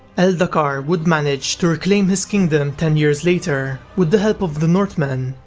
eldacar would manage to reclaim his kingdom ten years later with the help of the northmen,